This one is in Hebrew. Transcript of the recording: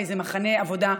באיזה מחנה עבודה,